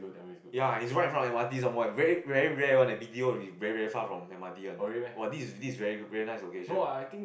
ya it's right in front of M_R_T some more eh very very rare one leh B_T_O usually is very far from M_R_T one !wah! this is this is very very nice location